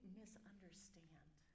misunderstand